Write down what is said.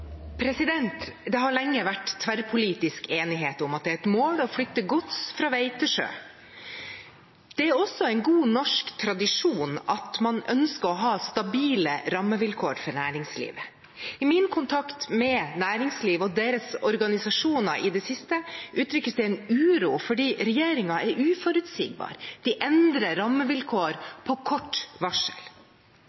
et mål å flytte gods fra vei til sjø. Det er også en god norsk tradisjon at man ønsker å ha stabile rammevilkår for næringslivet. I min kontakt i det siste med næringslivet og deres organisasjoner uttrykkes det en uro fordi regjeringen er uforutsigbar. De endrer rammevilkår